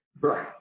Right